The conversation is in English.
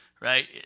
right